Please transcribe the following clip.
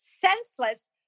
senseless